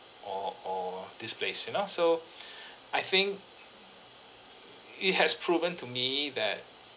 or or this place you know so I think it has proven to me that